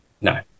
No